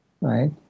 right